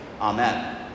Amen